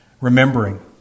remembering